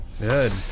Good